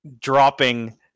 dropping